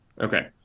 Okay